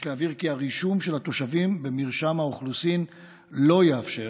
יש להבהיר כי הרישום של התושבים במרשם האוכלוסין לא יאפשר